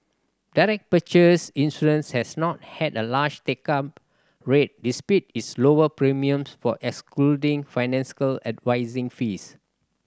direct purchase insurance has not had a large take up rate despite its lower premiums from excluding financial advising fees